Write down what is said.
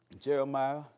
Jeremiah